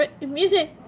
music